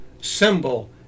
symbol